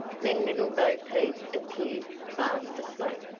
then little bo-peep appeared fast asleep,